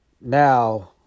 Now